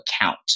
account